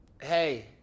Hey